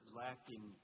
lacking